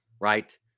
Right